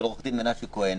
של עו"ד מנשה כהן.